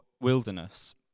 wilderness